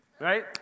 Right